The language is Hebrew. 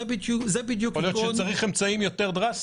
יכול להיות שצריך אמצעים יותר דרסטיים.